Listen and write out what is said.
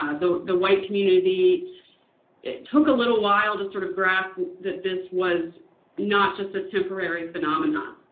ah the the white community it took a little while to sort of grasp that this was not just a temporary phenomenon.